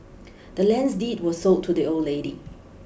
the land's deed was sold to the old lady